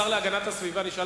השר להגנת הסביבה, שאל